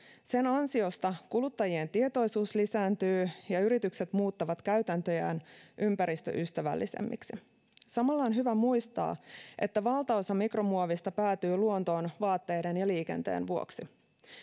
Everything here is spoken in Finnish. sen ansiosta kuluttajien tietoisuus lisääntyy ja yritykset muuttavat käytäntöjään ympäristöystävällisemmiksi samalla on hyvä muistaa että valtaosa mikromuovista päätyy luontoon vaatteiden ja liikenteen vuoksi